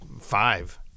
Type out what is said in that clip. Five